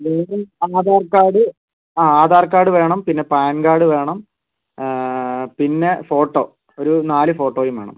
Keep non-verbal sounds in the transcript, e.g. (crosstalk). (unintelligible) Aadhaar card ആ Aadhaar card വേണം പിന്നെ പാൻ കാർഡ് വേണം പിന്നെ ഫോട്ടോ ഒരു നാല് ഫോട്ടോയും വേണം